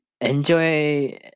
enjoy